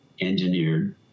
engineered